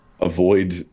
avoid